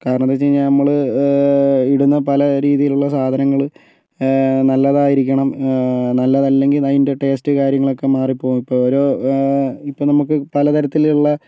കാരണം എന്താണെന്ന് വെച്ച് കഴിഞ്ഞാൽ നമ്മൾ ഇടുന്ന പല രീതിയിലുള്ള സാധനങ്ങൾ നല്ലതായിരിക്കണം നല്ലതല്ലെങ്കിൽ അതിൻ്റെ ടേസ്റ്റ് കാര്യങ്ങളൊക്കെ മാറിപ്പോകും ഇപ്പോൾ ഓരോ ഇപ്പോൾ നമുക്ക് പല തരത്തിലുള്ള